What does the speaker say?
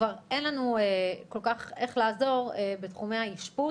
כבר אין לנו כל כך איך לעזור בתחומי האשפוז,